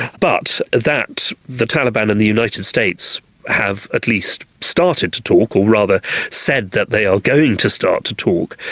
but that the taliban and the united states have at least started to talk, or rather said that they are going to start to talk,